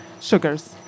sugars